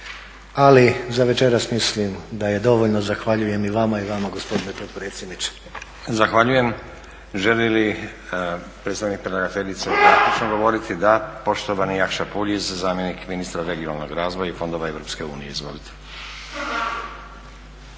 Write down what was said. ali za večeras mislim da je dovoljno. Zahvaljujem i vama i vama gospodine potpredsjedniče. **Stazić, Nenad (SDP)** Zahvaljujem. Želi li predstavnik predlagateljice zaključno govoriti? Da. Poštovani Jakša Puljiz, zamjenik ministra regionalnog razvoja i fondova Europske unije. **Puljiz,